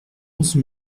onze